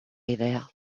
idea